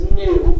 new